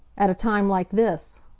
at a time like this?